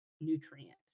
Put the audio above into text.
nutrients